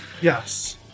yes